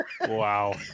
Wow